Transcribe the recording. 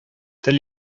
тел